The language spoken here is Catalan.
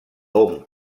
hom